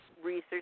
research